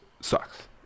sucks